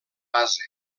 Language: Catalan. base